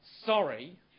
sorry